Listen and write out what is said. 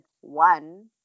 one